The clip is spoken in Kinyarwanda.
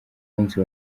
munsi